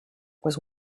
was